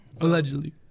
allegedly